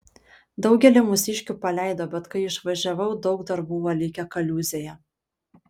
daugelį mūsiškių paleido bet kai išvažiavau daug dar buvo likę kaliūzėje